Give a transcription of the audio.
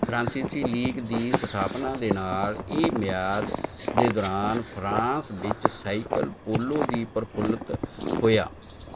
ਫਰਾਂਸੀਸੀ ਲੀਗ ਦੀ ਸਥਾਪਨਾ ਦੇ ਨਾਲ ਇਹ ਮਿਆਦ ਦੇ ਦੌਰਾਨ ਫਰਾਂਸ ਵਿੱਚ ਸਾਈਕਲ ਪੋਲੋ ਵੀ ਪ੍ਰਫੁੱਲਿਤ ਹੋਇਆ